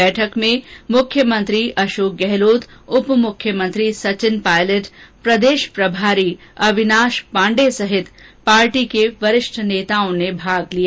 बैठक में मुख्यमंत्री अषोक गहलोत उप मुख्यमंत्री सचिन पायलट प्रदेष प्रभारी अविनाष पांडे सहित प्रदेष के वरिष्ठ नेताओं ने भाग लिया